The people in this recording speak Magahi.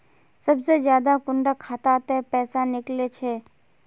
सबसे ज्यादा कुंडा खाता त पैसा निकले छे?